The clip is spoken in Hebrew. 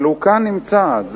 אבל הוא נמצא כאן.